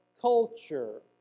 culture